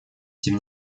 тем